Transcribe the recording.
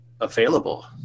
available